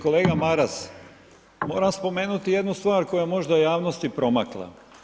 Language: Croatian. Kolega Maras, moram spomenuti jednu stvar koja je možda javnosti promakla.